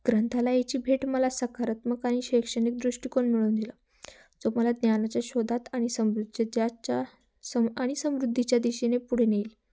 ग्रंथालयाची भेट मला सकारात्मक आणि शैक्षणिक दृष्टिकोन मिळवून दिलं जो मला ज्ञानाच्या शोधात आणि समृजच्याच्या सम आणि समृद्धीच्या दिशेने पुढे नेईल